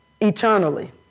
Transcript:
eternally